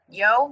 yo